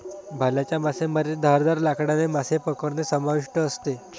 भाल्याच्या मासेमारीत धारदार लाकडाने मासे पकडणे समाविष्ट असते